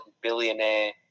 billionaire